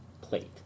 plate